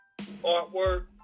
artwork